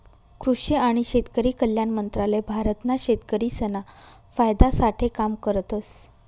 कृषि आणि शेतकरी कल्याण मंत्रालय भारत ना शेतकरिसना फायदा साठे काम करतस